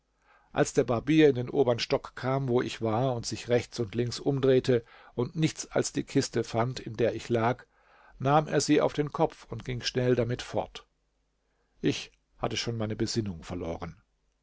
als der barbier in den obern stock kam wo ich war und sich rechts und links umdrehte und nichts als die kiste fand in der ich lag nahm er sie auf den kopf und ging schnell damit fort ich hatte schon meine besinnung verloren